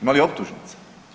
Ima li optužnice?